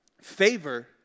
Favor